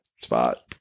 spot